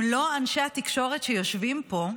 אם לא אנשי התקשורת שיושבים פה,